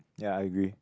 ya I agree